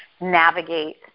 navigate